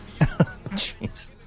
Jeez